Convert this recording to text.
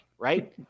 right